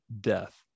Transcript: death